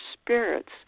spirits